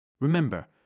Remember